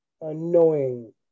annoying